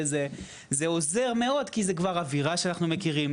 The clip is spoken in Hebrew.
זה עוזר מאוד כי זה כבר אווירה שאנחנו מכירים.